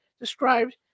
described